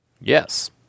Yes